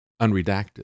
unredacted